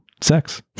sex